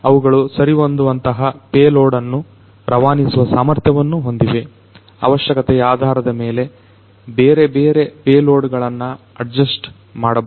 ಅವುಗಳು ಸರಿಹೊಂದುವಂತಹ ಪೇಲೋಡ್ ಅನ್ನು ರವಾನಿಸುವ ಸಾಮರ್ಥ್ಯವನ್ನು ಹೊಂದಿವೆ ಅವಶ್ಯಕತೆಯ ಆಧಾರದ ಮೇಲೆ ಬೇರೆಬೇರೆ ಪೇಲೋಡ್ ಗಳನ್ನ ಅಡ್ಜಸ್ಟ್ ಮಾಡಬಹುದು